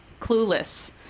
Clueless